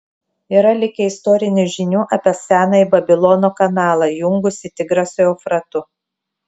yra likę istorinių žinių apie senąjį babilono kanalą jungusį tigrą su eufratu